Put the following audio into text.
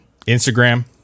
Instagram